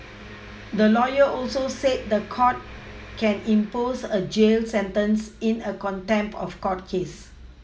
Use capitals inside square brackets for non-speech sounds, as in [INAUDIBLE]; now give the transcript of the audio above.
[NOISE] the lawyer also said the court can impose a jail sentence in a contempt of court case